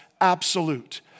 absolute